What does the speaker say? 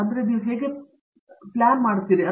ಎಂದು ಸಂಶೋಧನೆ ಇಲ್ಲ